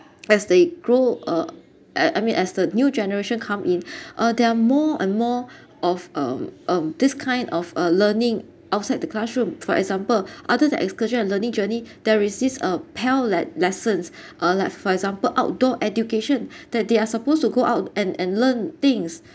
as they grow uh I I mean as the new generation come in uh there are more and more of a um um this kind of uh learning outside the classroom for example other than the excursion and learning journey there exists a pal le~ lessons uh like for example outdoor education that they are supposed to go out and and learn things